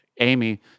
Amy